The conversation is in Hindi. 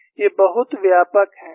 ये बहुत व्यापक हैं